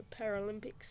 Paralympics